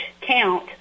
count